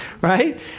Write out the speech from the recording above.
right